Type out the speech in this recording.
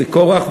זה כורח,